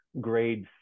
grade